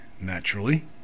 naturally